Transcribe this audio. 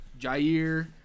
Jair